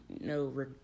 no